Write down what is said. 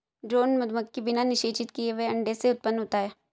drone मधुमक्खी बिना निषेचित किए हुए अंडे से उत्पन्न होता है